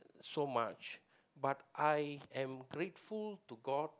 so much but I am grateful to God